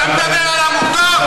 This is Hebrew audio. אתה מדבר על עמותות?